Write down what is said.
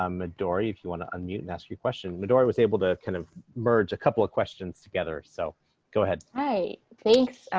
um midori, if you want to unmute and ask your question. midori was able to kind of merge a couple of questions together. so go ahead. hi, thanks,